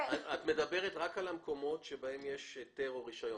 את מדברת רק על המקומות בהם יש היתר או רישיון.